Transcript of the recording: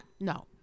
No